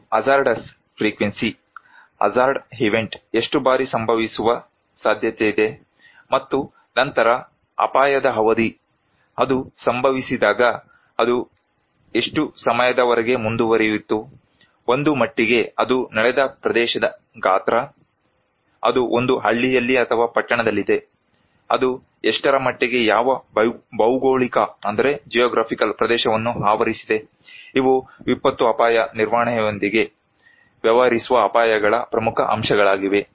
ಒಂದು hazardous frequency hazard event ಎಷ್ಟು ಬಾರಿ ಸಂಭವಿಸುವ ಸಾಧ್ಯತೆಯಿದೆ ಮತ್ತು ನಂತರ ಅಪಾಯದ ಅವಧಿ ಅದು ಸಂಭವಿಸಿದಾಗ ಅದು ಎಷ್ಟು ಸಮಯದವರೆಗೆ ಮುಂದುವರೆಯಿತು ಒಂದು ಮಟ್ಟಿಗೆ ಅದು ನಡೆದ ಪ್ರದೇಶದ ಗಾತ್ರ ಅದು ಒಂದು ಹಳ್ಳಿಯಲ್ಲಿ ಅಥವಾ ಪಟ್ಟಣದಲ್ಲಿದೆ ಅದು ಎಷ್ಟರ ಮಟ್ಟಿಗೆ ಯಾವ ಭೌಗೋಳಿಕ ಪ್ರದೇಶವನ್ನು ಆವರಿಸಿದೆ ಇವು ವಿಪತ್ತು ಅಪಾಯ ನಿರ್ವಹಣೆಯೊಂದಿಗೆ ವ್ಯವಹರಿಸುವ ಅಪಾಯಗಳ ಪ್ರಮುಖ ಅಂಶಗಳಾಗಿವೆ